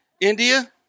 India